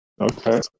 Okay